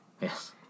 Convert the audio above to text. Yes